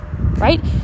right